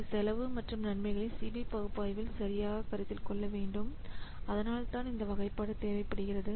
இந்த செலவு மற்றும் நன்மைகளை சி பி பகுப்பாய்வில் சரியாகக் கருத்தில் கொள்ள வேண்டும் அதனால்தான் இந்த வகைப்பாடு தேவைப்படுகிறது